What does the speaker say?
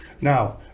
now